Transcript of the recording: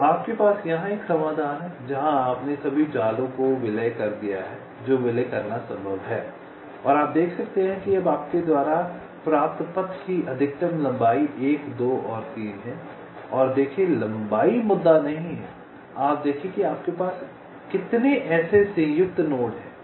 तो आपके पास यहां एक समाधान है जहां आपने सभी जालों को विलय कर दिया है जो विलय करना संभव है और आप देख सकते हैं कि अब आपके द्वारा प्राप्त पथ की अधिकतम लंबाई 1 2 और 3 है और देखें लंबाई मुद्दा नहीं है आप देखें कि आपके पास कितने ऐसे संयुक्त नोड हैं